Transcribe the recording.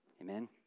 Amen